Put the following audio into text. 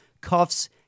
cuffs